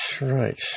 right